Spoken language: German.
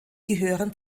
gehören